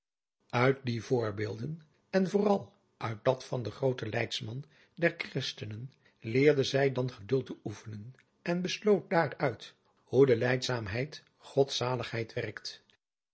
uit die voorbeelden en vooral uit dat van den grooten leidsman der christenen leerde zij dan geduld te oefenen en besloot daaruit hoe de lijdzaamheid godzaligheid werkt